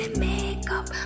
makeup